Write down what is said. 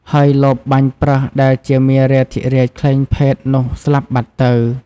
ហើយលបបាញ់ប្រើសដែលជាមារាធិរាជក្លែងភេទនោះ ស្លាប់បាត់ទៅ។